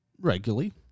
regularly